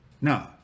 No